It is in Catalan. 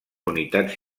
unitats